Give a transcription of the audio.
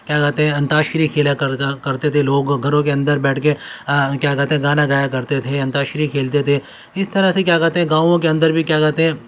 کیا کہتے ہیں انتاکشری کھیلا کرتے تھے لوگ گھروں کے اندر بیٹھ کے کیا کہتے ہیں گانا گایا کرتے تھے انتاکشری کھیلتے تھے اس طرح سے کیا کہتے ہیں گاوؤں کے اندر بھی کیا کہتے ہیں